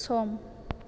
सम